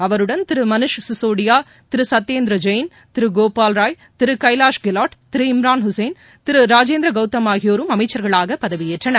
அவருடன் திருமணிஷ் சிகோடியா திருசத்தியேந்தர் ஜெய்ன் திருகோபால் ராய் திருகைவாஸ் கெலாட் திரு இம்ரான் ஹுசைன் திருராஜேந்திரகௌதம் ஆகியோரும் அமைச்சர்களாகபதவியேற்றனர்